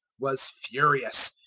was furious,